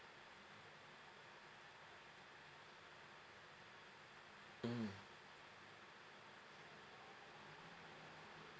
mm